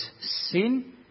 sin